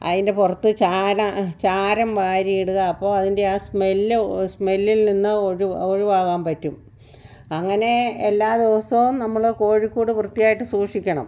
അതിൻ്റെ പുറത്ത് ചാരം ചാരം വാരിയിടുക അപ്പോൾ അതിൻ്റെ ആ സ്മെല്ല് സ്മെല്ലിൽ നിന്ന് ഒഴിവ് ഒഴിവാകാൻ പറ്റും അങ്ങനെ എല്ലാ ദിവസവും നമ്മൾ കോഴിക്കൂട് വൃത്തിയായിട്ട് സൂക്ഷിക്കണം